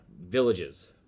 villages